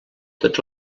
tots